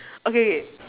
okay K